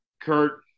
Kurt